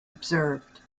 observed